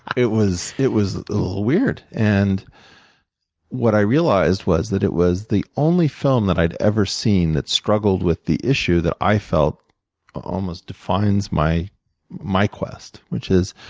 it was it was a little weird. and what i realized was that it was the only film that i'd ever seen that struggled with the issue that i felt almost defines my my quest, which is